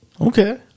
Okay